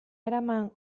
eraman